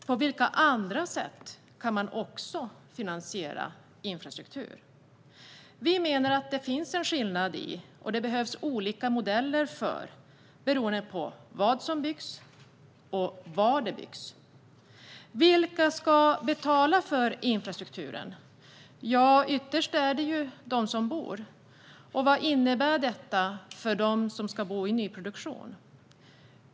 På vilka andra sätt kan man också finansiera infrastruktur? Vi menar att det finns en skillnad och att det behövs olika modeller beroende på vad som byggs och var det byggs. Vilka ska betala för infrastrukturen? Jo, ytterst är det de som bor. Vad innebär detta för dem som ska bo i nyproduktion?